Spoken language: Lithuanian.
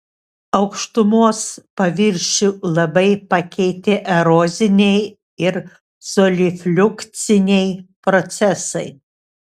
aukštumos paviršių labai pakeitė eroziniai ir solifliukciniai procesai